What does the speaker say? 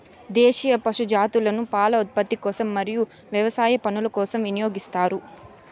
దేశీయ పశు జాతులను పాల ఉత్పత్తి కోసం మరియు వ్యవసాయ పనుల కోసం వినియోగిస్తారు